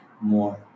more